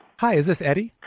hi, is this eddie?